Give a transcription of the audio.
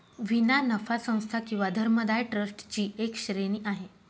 विना नफा संस्था किंवा धर्मदाय ट्रस्ट ची एक श्रेणी आहे